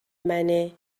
منه